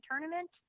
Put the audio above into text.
tournament